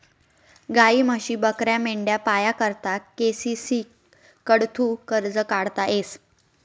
गायी, म्हशी, बकऱ्या, मेंढ्या पाया करता के.सी.सी कडथून कर्ज काढता येस